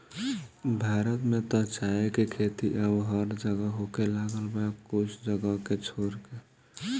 भारत में त चाय के खेती अब हर जगह होखे लागल बा कुछ जगह के छोड़ के